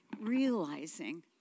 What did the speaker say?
realizing